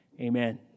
Amen